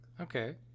okay